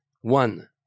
One